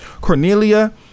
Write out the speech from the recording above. Cornelia